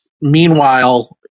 meanwhile